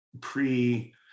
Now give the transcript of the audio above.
pre